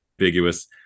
ambiguous